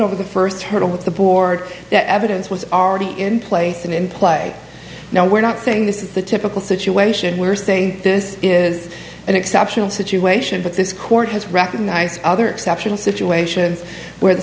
over the first hurdle with the board that evidence was already in place and in play now we're not saying this is the typical situation we're saying this is an exceptional situation but this court has recognized other exceptional situations where the